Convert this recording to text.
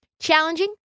Challenging